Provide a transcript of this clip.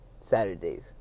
Saturdays